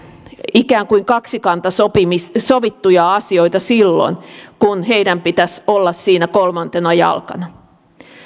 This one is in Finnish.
ikään kuin kaksikannassa sovittuja asioita silloin kun heidän pitäisi olla siinä kolmantena jalkana